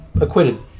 acquitted